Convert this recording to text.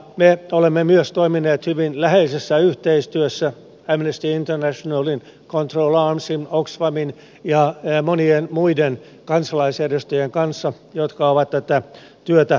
me olemme myös toimineet hyvin läheisessä yhteistyössä amnesty internationalin control armsin oxfamin ja monien muiden kansalaisjärjestöjen kanssa jotka ovat tätä työtä tehneet